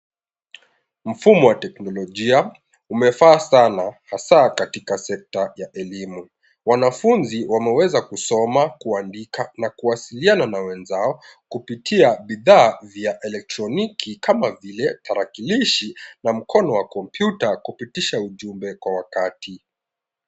Mfumo wa teknolojia umefaa sana hasaa katika sekta ya elimu. Wanafunzi wameweza kusoma, kuandika na kuwasiliana na wenzao kupitia bidhaa vya elektroniki kama vile tarakalishi na mkono wa kompyuta kupitisha ujumbe kwa wakati.